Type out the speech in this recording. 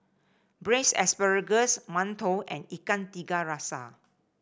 Braised Asparagus mantou and Ikan Tiga Rasa